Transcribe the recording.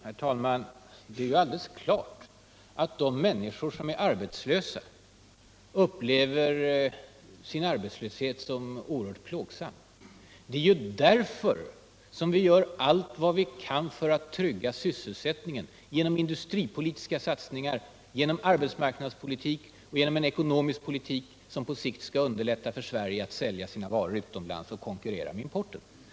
Herr talman! Det är alldeles klart att de människor som är arbetslösa upplever sin arbetslöshet såsom oerhört plågsam. Det är ju därför som vi gör allt vad vi kan för att trygga sysselsättningen genom industripolitiska satsningar, genom arbetsmarknadspolitik och genom en ekonomisk politik som på sikt skall underlätta för Sverige att sälja sina varor utomlands och att konkurrera med importen.